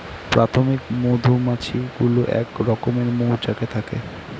প্রাথমিক মধুমাছি গুলো এক রকমের মৌচাকে থাকে